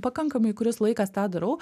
pakankamai kuris laikas tą darau